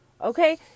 Okay